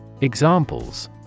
Examples